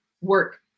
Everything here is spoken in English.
work